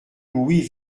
louis